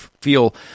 feel